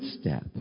step